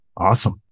Awesome